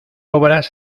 obras